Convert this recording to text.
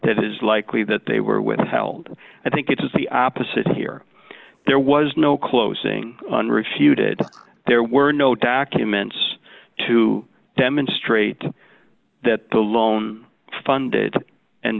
that is likely that they were withheld i think it was the opposite here there was no closing unrefuted there were no documents to demonstrate that the loan funded and